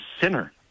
sinner